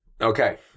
Okay